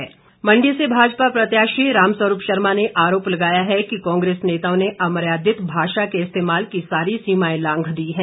राम स्वरूप आश्रय मंडी से भाजपा प्रत्याशी राम स्वरूप शर्मा ने आरोप लगाया है कि कांग्रेस नेताओं ने अर्मयादित भाषा के इस्तेमाल की सारी सीमाएं लांघ दी हैं